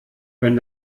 wenn